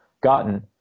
gotten